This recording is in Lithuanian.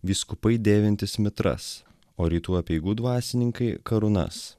vyskupai dėvintys mitras o rytų apeigų dvasininkai karūnas